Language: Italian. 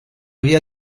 via